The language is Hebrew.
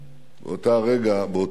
באותו רגע,